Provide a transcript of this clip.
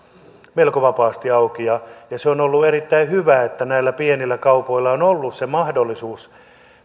melko vapaasti auki ja ja se on ollut erittäin hyvä että näillä pienillä kaupoilla on ollut se mahdollisuus